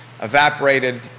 evaporated